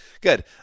good